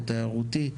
התיירותי.